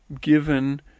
given